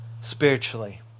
spiritually